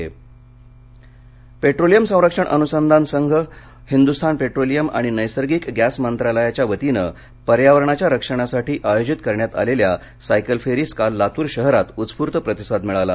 रली लातर पेंट्रोलियम संरक्षण अनुसंधान संघ हिंद्स्थान पेट्रोलियम आणि नस्त्रींक गॅस मंत्रालयाघ्या वतीनं पर्यावरणाच्या रक्षणासाठी आयोजित करण्यात आलेल्या सायकल फेरीस काल लातूर शहरात उत्स्फूर्त प्रतिसाद मिळाला